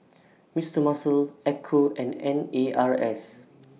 Mister Muscle Ecco and N A R S